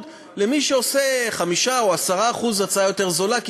למי שעושה הצעה יותר זולה ב-5% או 10%,